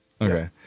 Okay